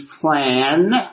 plan